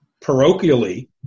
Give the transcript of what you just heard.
parochially